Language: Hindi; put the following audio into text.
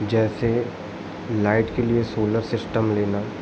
जैसे लाइट के लिए सोलर सिस्टम लेना